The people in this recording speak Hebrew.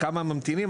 כמה ממתינים?